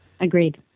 Agreed